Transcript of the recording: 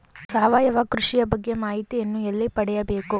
ಸಾವಯವ ಕೃಷಿಯ ಬಗ್ಗೆ ಮಾಹಿತಿಯನ್ನು ಎಲ್ಲಿ ಪಡೆಯಬೇಕು?